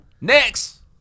Next